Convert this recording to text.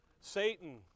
Satan